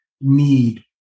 need